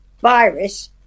virus